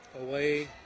away